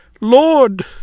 Lord